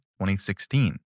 2016